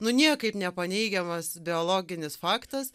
nu niekaip nepaneigiamas biologinis faktas